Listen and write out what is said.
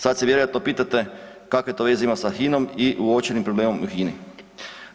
Sad se vjerojatno pitate kakve to veze ima sa HINA-om i uočenim problemom u HINA-i.